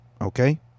okay